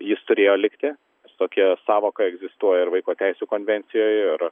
jis turėjo likti tokia sąvoka egzistuoja ir vaiko teisių konvencijoj ir